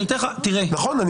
נכון.